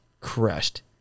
crushed